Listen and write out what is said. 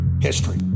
history